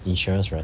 insurance right